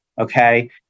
Okay